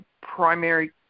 primary